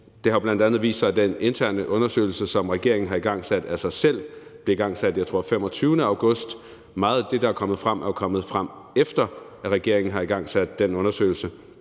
Det har jo bl.a. vist sig, at vedrørende den interne undersøgelse, som regeringen har igangsat af sig selv, og som blev igangsat den 25. august, tror jeg det var, er meget af det, der er kommet frem, kommet frem, efter regeringen har igangsat den undersøgelse.